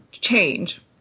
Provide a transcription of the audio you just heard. change